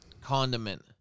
condiment